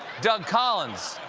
doug collins.